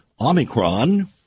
Omicron